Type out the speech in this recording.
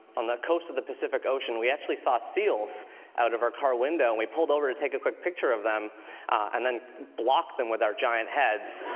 on the coast of the pacific ocean. we actually saw seals out of our car window, and we pulled over to take a quick picture of them and then blocked them with our giant heads.